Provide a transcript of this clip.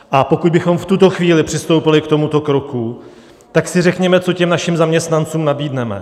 A pokud bychom v tuto chvíli přistoupili k tomuto kroku, tak si řekněme, co těm našim zaměstnancům nabídneme.